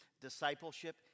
Discipleship